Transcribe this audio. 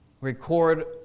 Record